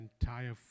entire